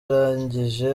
arangije